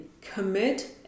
commit